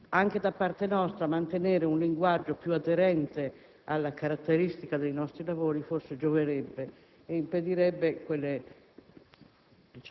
Anche da parte nostra mantenere un linguaggio più aderente alla caratteristica dei nostri lavori forse gioverebbe ed impedirebbe quelle